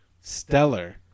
stellar